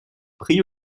pris